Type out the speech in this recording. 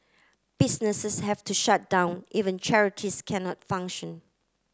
businesses have to shut down even charities cannot function